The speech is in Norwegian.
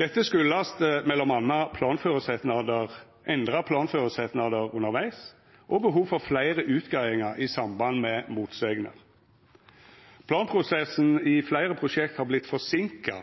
Dette kjem m.a. av endra planføresetnader undervegs og behov for fleire utgreiingar i samband med motsegner. Planprosessen i fleire prosjekt har vorte forseinka